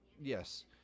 Yes